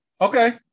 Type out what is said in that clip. Okay